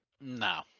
No